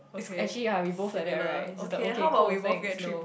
it's actually ya we both like that right the okay cool thanks no